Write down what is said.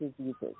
diseases